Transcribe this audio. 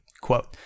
Quote